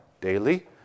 daily